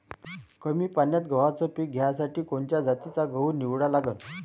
कमी पान्यात गव्हाचं पीक घ्यासाठी कोनच्या जातीचा गहू निवडा लागन?